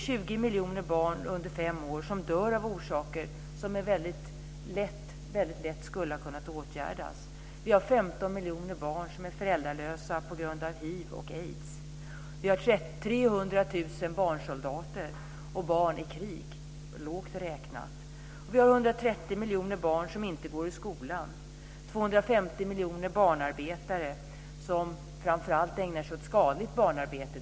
20 miljoner barn under fem år dör av orsaker som lätt skulle ha kunnat åtgärdas. Det finns 15 miljoner barn som är föräldralösa på grund av hiv och aids. Det finns 300 000 barnsoldater och barn i krig, lågt räknat. Det finns 130 miljoner barn som inte går i skolan. Det finns 250 miljoner barnarbetare, som framför allt ägnar sig åt skadligt barnarbete.